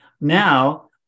Now